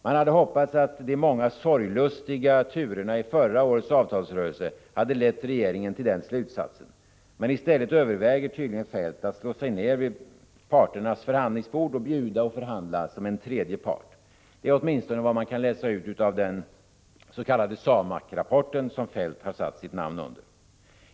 Man hade hoppats att de många sorglustiga turerna i förra årets avtalsrörelse hade lett regeringen till den slutsatsen. Men i stället överväger tydligen Feldt att slå sig ner vid parternas förhandlingsbord och bjuda och förhandla som en tredje part. Det är åtminstone vad man kan läsa ut av den s.k. SAMAK-rapport som Feldt har satt sitt namn under.